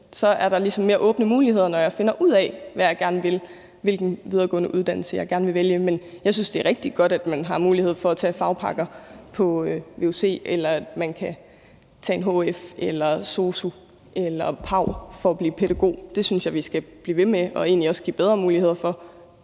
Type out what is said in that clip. at der så ligesom er mere åbne muligheder, når de finder ud af, hvad de gerne vil, hvilken videregående uddannelse de gerne vil vælge. Men jeg synes, det er rigtig godt, at man har mulighed for at tage fagpakker på vuc, eller at man kan tage en hf eller sosu eller pau for at blive pædagog. Det synes jeg vi skal blive ved med og egentlig også give bedre muligheder for.